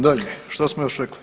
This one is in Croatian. Dalje, šta smo još rekli?